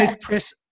press